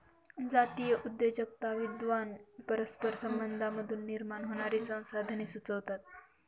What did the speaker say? जातीय उद्योजकता विद्वान परस्पर संबंधांमधून निर्माण होणारी संसाधने सुचवतात